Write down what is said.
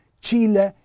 Chile